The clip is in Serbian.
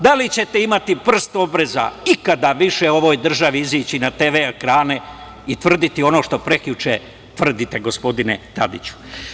Da li ćete imati prst obraza ikada više u ovoj državi izaći na TV ekrane i tvrditi ono što prekjuče tvrdite, gospodine Tadiću?